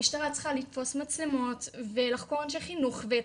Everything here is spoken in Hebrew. המשטרה צריכה לתפוס מצלמות ולחקור אנשי חינוך ואת